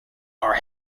are